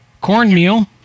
Cornmeal